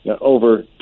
Over